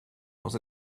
was